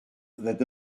that